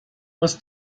was